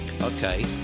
Okay